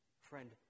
Friend